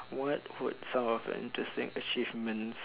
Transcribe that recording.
what would some of the interesting achievements